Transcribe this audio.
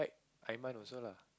Aiman also lah